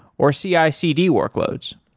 or cicd workloads